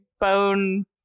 bone